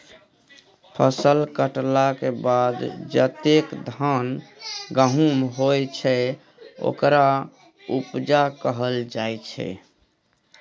फसल कटलाक बाद जतेक धान गहुम होइ छै ओकरा उपजा कहल जाइ छै